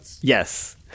yes